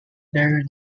very